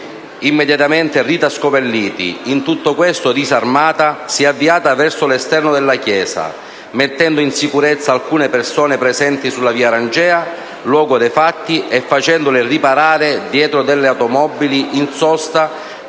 accadendo. Immediatamente Rita Scopelliti, in tutto questo disarmata, si è avviata verso l'esterno della chiesa mettendo in sicurezza alcune persone presenti sulla via Arangea, luogo dei fatti, e facendole riparare dietro automobili in sosta,